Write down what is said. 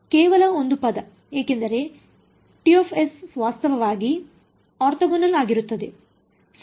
ಕೇವಲ ಒಂದು ಪದ ಏಕೆಂದರೆ t's ವಾಸ್ತವವಾಗಿ ಆರ್ಥೋಗೋನಲ್ ಆಗಿರುತ್ತದೆ ಸರಿ